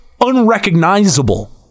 unrecognizable